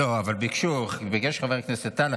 לא, אבל ביקשו, ביקש חבר הכנסת טל.